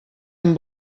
amb